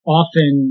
often